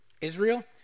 Israel